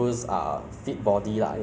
it is not worse than like